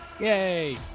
Yay